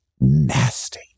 Nasty